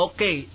Okay